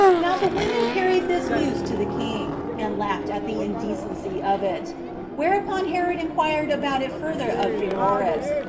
now the women carried this news to the king, and laughed at the indecency of it whereupon herod inquired about it further of pheroras,